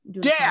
dad